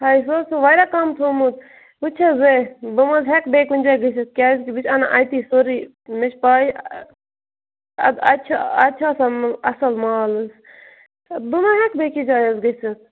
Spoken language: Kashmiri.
ہَے سُہ حظ چھُو واریاہ کَم تھوٚمُت وٕچھ حظ اے بہٕ مہٕ حظ ہٮ۪کہٕ بیٚیہِ کُنہِ جایہِ گٔژھِتھ کیٛازکہِ بہٕ چھِ اَنان اَتی سورُے مےٚ چھِ پَے اَدٕ اَتہِ چھِ اَتہِ چھِ آسان اَصٕل مال تہٕ بہٕ مَہ ہٮ۪کہٕ بیٚیہِ کِس جایہِ حظ گٔژھِتھ